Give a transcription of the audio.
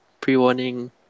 pre-warning